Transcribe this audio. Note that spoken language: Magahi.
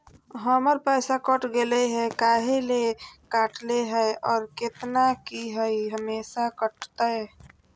हमर पैसा कट गेलै हैं, काहे ले काटले है और कितना, की ई हमेसा कटतय?